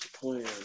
plan